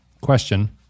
Question